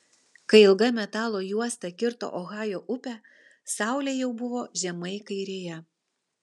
kai ilga metalo juosta kirto ohajo upę saulė jau buvo žemai kairėje